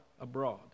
abroad